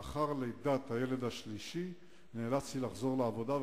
לאחר לידת הילד השלישי נאלצתי לחזור לעבודה,